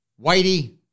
Whitey